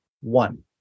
one